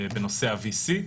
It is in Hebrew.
בנושא ה-VC.